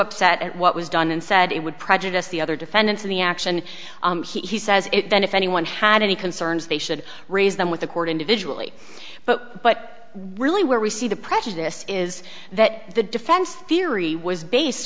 upset at what was done and said it would prejudice the other defendants in the action he says then if anyone had any concerns they should raise them with according to visually but but really where we see the prejudice is that the defense theory was based